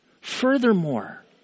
Furthermore